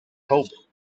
hope